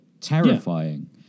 terrifying